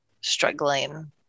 struggling